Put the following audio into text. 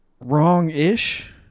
wrong-ish